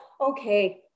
okay